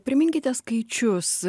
priminkite skaičius